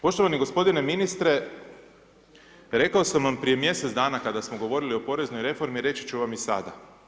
Poštovani gospodine ministre, rekao sam vam prije mjesec dana kada smo govorili o poreznoj reformi, reći ću vam i sada.